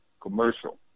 commercial